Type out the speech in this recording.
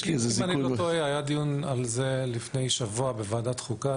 אם אני לא טועה היה דיון על זה לפני שבוע בוועדת חוקה.